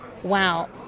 wow